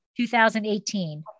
2018